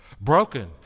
broken